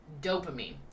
Dopamine